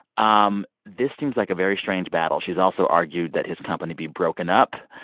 um this seems like a very strange battle. she's also argued that his company be broken up.